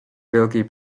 wielkiej